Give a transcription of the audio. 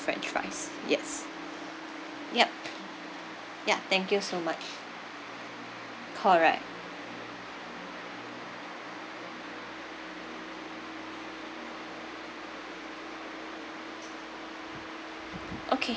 french fries yes ya ya thank you so much correct okay